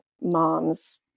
moms